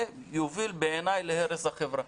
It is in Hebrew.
זה יוביל בעיניי להרס החברה.